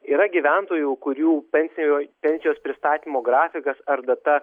yra gyventojų kurių pensijoj pensijos pristatymo grafikas ar data